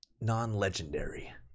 non-legendary